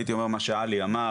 הייתי אומר מה שעלי אמר.